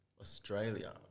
Australia